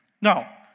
Now